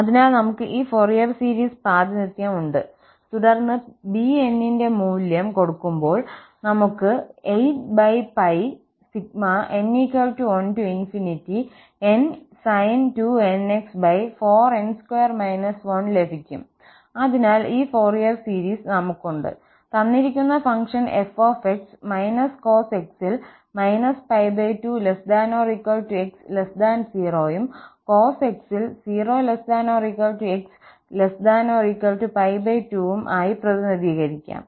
അതിനാൽ നമുക് ഈ ഫൊറിയർ സീരീസ് പ്രാതിനിധ്യം ഉണ്ട് തുടർന്ന് bn ന്റെ മൂല്യം കൊടുക്കുമ്പോൾ നമുക്ക് 8n1n sin 2nx4n2 1ലഭിക്കും അതിനാൽ ഈ ഫൊറിയർ സീരീസ് നമുക്കുണ്ട് തന്നിരിക്കുന്ന ഫംഗ്ഷൻ f − cos x ൽ −2≤ x 0 യും cos x ൽ 0 ≤ x ≤ 2 വും ആയി പ്രതിനിധീകരിക്കാം